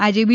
આજે બી